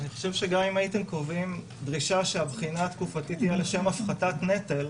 גם אם הייתם קובעים דרישה שהבחינה התקופתית תהיה לשם הפחתת נטל,